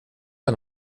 för